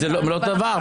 זה לא אותו דבר.